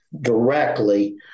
directly